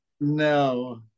No